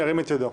ירים את ידו.